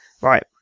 Right